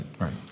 right